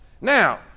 Now